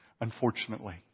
Unfortunately